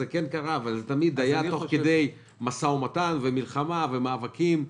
זה כן קרה אבל תמיד תוך כדי משא ומתן ומלחמה ומאבקים.